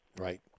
Right